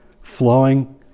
flowing